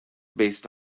based